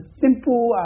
simple